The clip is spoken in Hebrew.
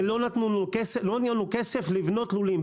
ולא נתנו לנו כסף לבנות לולים.